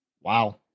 Wow